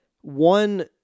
One